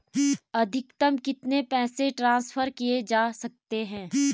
अधिकतम कितने पैसे ट्रांसफर किये जा सकते हैं?